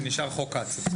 זה נשאר חוק כץ.